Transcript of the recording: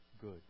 good